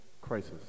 Crisis